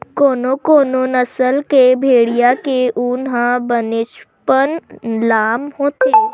कोनो कोनो नसल के भेड़िया के ऊन ह बनेचपन लाम होथे